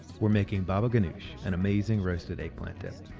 we're making baba ganoush, an amazing roasted eggplant dip.